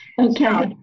Okay